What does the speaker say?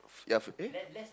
yeah eh